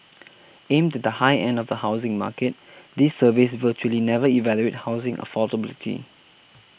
aimed at the high end of the housing market these surveys virtually never evaluate housing affordability